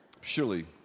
surely